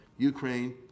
Ukraine